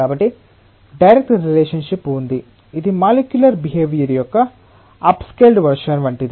కాబట్టి direct relationship ఉంది ఇది మాలిక్యూలర్ బిహేవియర్ యొక్క అప్ స్కేల్డ్ వెర్షన్ వంటిది